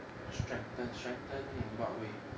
strengthen strengthened in what way